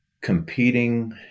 Competing